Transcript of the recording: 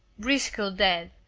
briscoe dead.